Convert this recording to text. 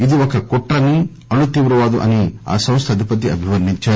ఇది ఒక కుట్రని అణు తీవ్రవాదం అని ఆ సంస్థ అధిపతి అభివర్ణించారు